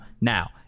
now